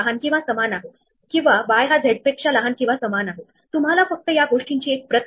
म्हणून तिथे अजून काही अन्वेषण करण्यासारखे उरणार नाही आणि आपण शक्य असलेल्या सर्व स्क्वेअरला गेलो आहोत